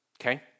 Okay